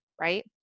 Right